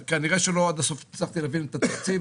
אז כנראה שלא עד הסוף הצלחתי להבין את התקציב.